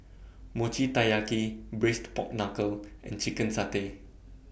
Mochi Taiyaki Braised Pork Knuckle and Chicken Satay